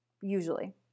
usually